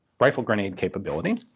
rifle grenade capability.